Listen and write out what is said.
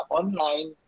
online